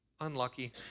unlucky